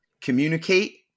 Communicate